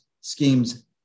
schemes